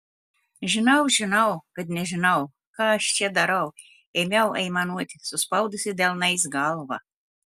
žinau žinau kad nežinau ką aš čia darau ėmiau aimanuoti suspaudusi delnais galvą